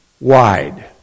wide